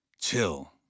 chill